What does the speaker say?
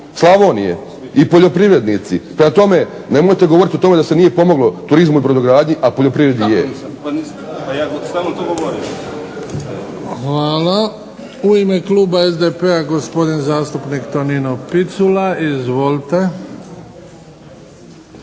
Slavonije i poljoprivrednici. Prema tome, nemojte govoriti da se nije pomoglo turizmu i brodogradnji, a poljoprivredi je. **Bebić, Luka (HDZ)** Hvala. U ime kluba SDP-a gospodin zastupnik Tonino Picula. Izvolite.